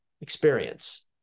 experience